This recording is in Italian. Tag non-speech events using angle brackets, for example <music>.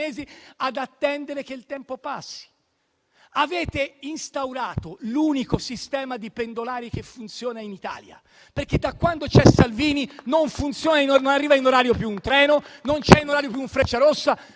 albanesi ad attendere che il tempo passi. Avete instaurato l'unico sistema di pendolari che funziona in Italia, <applause> perché, da quando c'è Salvini non funziona e non arriva in orario più un treno, non è in orario più un Frecciarossa,